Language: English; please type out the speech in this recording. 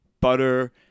butter